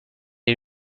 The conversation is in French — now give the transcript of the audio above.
est